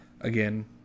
again